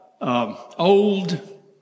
old